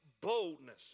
boldness